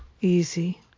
easy